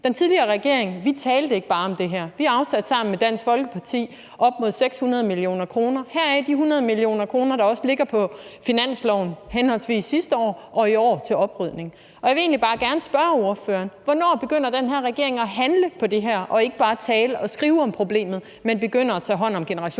den tidligere regering talte vi ikke bare om det her. Vi afsatte sammen med Dansk Folkeparti op mod 600 mio. kr., heraf de 100 mio. kr., der også ligger på finansloven, henholdsvis sidste år og i år, til oprydning. Og jeg vil egentlig bare gerne spørge ordføreren: Hvornår begynder den her regering at handle på det her og ikke bare tale og skrive om problemet, men tager hånd om generationsforureningerne.